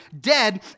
dead